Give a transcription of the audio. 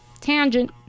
Tangent